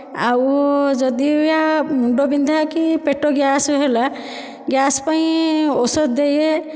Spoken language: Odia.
ଆଉ ଯଦି ବା ମୁଣ୍ଡ ବିନ୍ଧା କି ପେଟ ଗ୍ୟାସ୍ ହେଲା ଗ୍ୟାସ୍ ପାଇଁ ଔଷଧ ଦିଏ